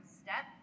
step